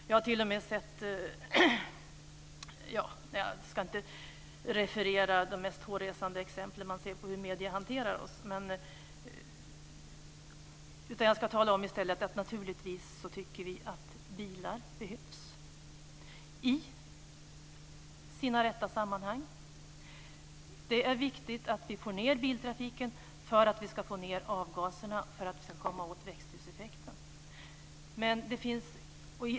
Jag ska inte referera de mest hårresande exempel man kan se på hur medierna hanterar oss. Naturligtvis tycker vi att bilar behövs, men i rätt sammanhang. Det är viktigt att vi minskar biltrafiken för att minska avgaserna och för att komma åt växthuseffekten.